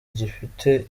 gifite